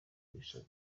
bisaba